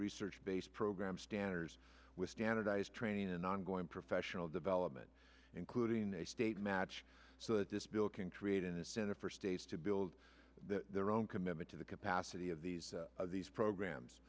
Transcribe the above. research based programs standers with standardized training and ongoing professional development including a state match so that this bill can create an incentive for states to build their own commitment to the capacity of these these programs